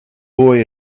boy